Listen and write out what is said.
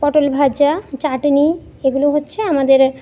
পটল ভাঁজা চাটনি এগুলো হচ্ছে আমাদের